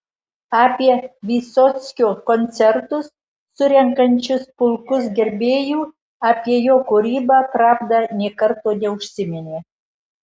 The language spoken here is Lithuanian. apie vysockio koncertus surenkančius pulkus gerbėjų apie jo kūrybą pravda nė karto neužsiminė